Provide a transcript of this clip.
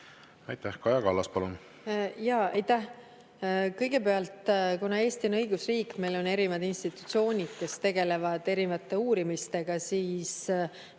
Aitäh! Kaja Kallas, palun!